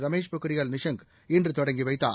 ரமேஷ் பொக்ரியால் நிஷாங் இன்று தொடங்கி வைத்தார்